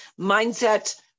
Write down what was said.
mindset